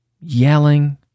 yelling